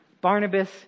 Barnabas